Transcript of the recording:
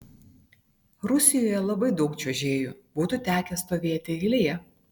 rusijoje labai daug čiuožėjų būtų tekę stovėti eilėje